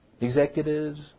executives